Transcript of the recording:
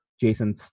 Jason